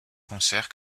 concert